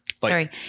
Sorry